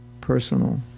personal